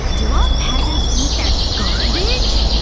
do all peasants eat that garbage?